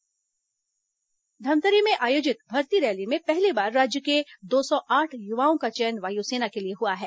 वायुसेना भर्ती रैली धमतरी में आयोजित भर्ती रैली में पहली बार राज्य के दो सौ आठ युवाओं का चयन वायुसेना के लिए हुआ है